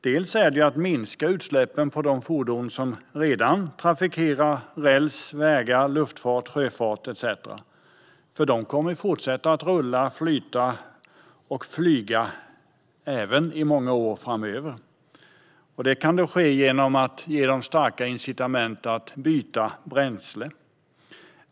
Det handlar om att minska utsläppen på de fordon som redan trafikerar räls, vägar, luftfart, sjöfart etcetera, för de kommer att fortsätta rulla, flyta och flyga i många år framöver. Det kan då ske genom att vi ger dem starka incitament att byta bränsle.